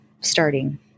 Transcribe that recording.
starting